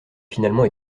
finalement